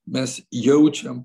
mes jaučiam